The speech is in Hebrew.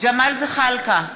ג'מאל זחאלקה,